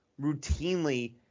routinely –